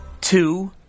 Two